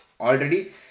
Already